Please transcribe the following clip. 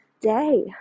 day